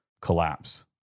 collapse